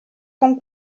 con